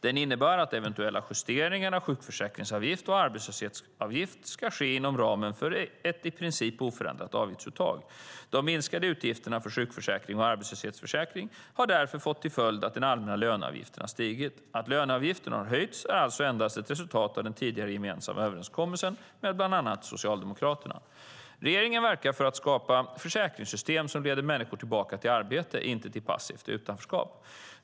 Den innebar att eventuella justeringar av sjukförsäkringsavgift och arbetslöshetsavgift ska ske inom ramen för ett i princip oförändrat avgiftsuttag. De minskade utgifterna för sjukförsäkring och arbetslöshetsförsäkring har därför fått till följd att den allmänna löneavgiften har stigit. Att löneavgiften har höjts är alltså endast ett resultat av den tidigare gemensamma överenskommelsen med bland annat Socialdemokraterna. Regeringen verkar för att skapa försäkringssystem som leder människor tillbaka till arbete, inte till passivt utanförskap.